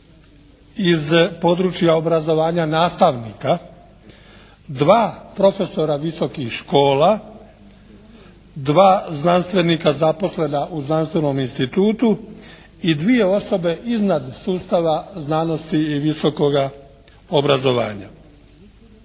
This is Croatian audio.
iz područja obrazovanja nastavnika, dva profesora visokih škola, dva znanstvenika zaposlena u znanstvenom institutu i dvije osobe iznad sustava znanosti i visokoga obrazovanja.